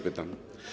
Pytam.